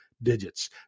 digits